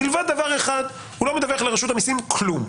מלבד דבר אחד: הוא לא מדווח לרשות המסים כלום.